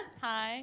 Hi